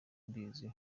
mbizi